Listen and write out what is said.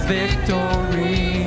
victory